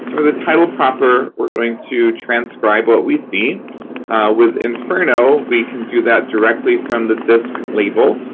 sort of the title proper, we're going to transcribe what we see with inferno. we can do that directly from the disc label.